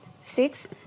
six